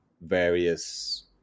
various